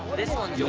this one's